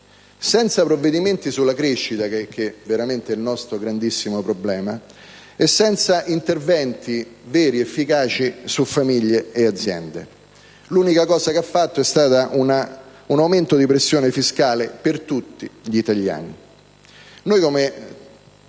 senza provvedimenti sulla crescita, che è veramente un nostro grandissimo problema, e senza interventi veri, efficaci su famiglie e aziende. L'unica cosa che ha fatto è stato prevedere un aumento della pressione fiscale per tutti gli italiani.